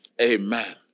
Amen